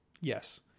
Yes